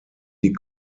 die